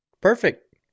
Perfect